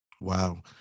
Wow